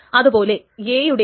ഇനി absolute right